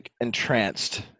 entranced